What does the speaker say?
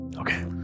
Okay